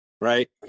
right